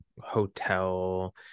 hotel